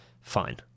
fine